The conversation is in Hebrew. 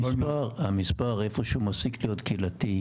המספר איפה שהוא מפסיק להיות קהילתי,